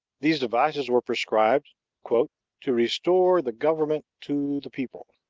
these devices were prescribed to restore the government to the people.